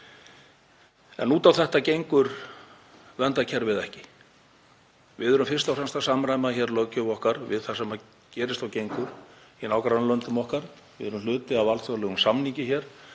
en út á þetta gengur verndarkerfið ekki. Við erum fyrst og fremst að samræma hér löggjöf okkar við það sem gerist og gengur í nágrannalöndum okkar. Við erum hluti af alþjóðlegum samningi hér